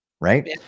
right